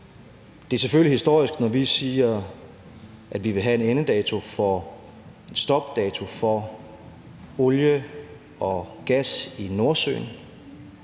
Det er selvfølgelig historisk, når vi siger, at vi vil have en slutdato for udvinding af olie og gas i Nordsøen.